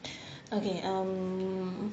okay um